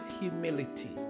humility